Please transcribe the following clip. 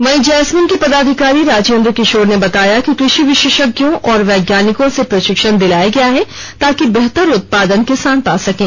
वहीं जैस्मिन के पदाधिकारी राजेंद्र किशोर ने बताया कि कृषि विशेषज्ञों और वैज्ञानिकों से प्रशिक्षण दिलाया गया है ताकि बेहतर उत्पादन पा सकें